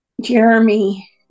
Jeremy